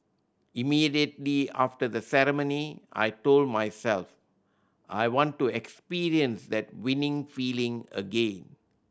immediately after the ceremony I told myself I want to experience that winning feeling again